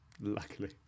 Luckily